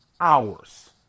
hours